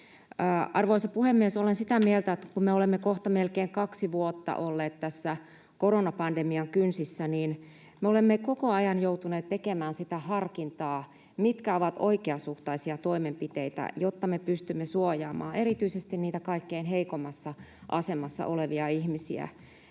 Arvoisa puhemies! Olen sitä mieltä, että kun me olemme kohta melkein kaksi vuotta olleet tämän koronapandemian kynsissä, me olemme koko ajan joutuneet tekemään sitä harkintaa, mitkä ovat oikeasuhtaisia toimenpiteitä, jotta me pystymme suojaamaan erityisesti kaikkein heikoimmassa asemassa olevia ihmisiä.